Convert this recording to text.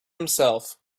himself